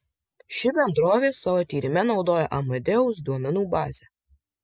ši bendrovė savo tyrime naudojo amadeus duomenų bazę